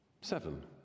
seven